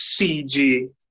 CG